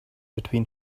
between